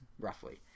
roughly